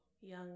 Young